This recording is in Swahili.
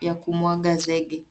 ya kumwaga zege.